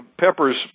peppers